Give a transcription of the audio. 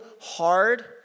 hard